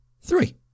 Three